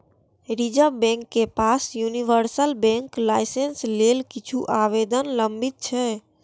reserve bank के पास universal बैंकक लाइसेंस लेल किछु आवेदन लंबित छै